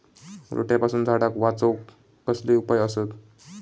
रोट्यापासून झाडाक वाचौक कसले उपाय आसत?